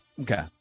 Okay